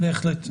בהחלט.